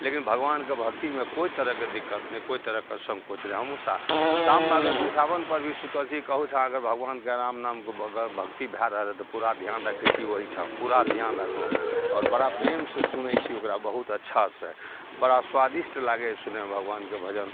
लेकिन भगवानके भक्तिमे कोइ तरहके दिक्कत नहि कोइ तरहके सँकोच नहि हमसभ शाममे अगर बिछावनपर भी सुतल छी अहूठाम भगवानके राम नामके भक्ति भए रहल अइ तऽ पूरा धिआन रखै छी ओहिठाम पूरा धिआन राखलहुँ आओर बड़ा प्रेमसे सुनै छी ओकरा बहुत अच्छासे बड़ा सुआदिष्ट लागैए सुनैमे भगवानके भजन